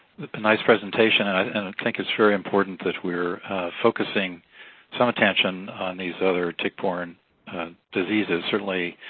nice presentation, and i think it's very important that we're focusing some attention on these other tick-borne diseases. certainly,